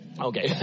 Okay